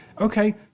okay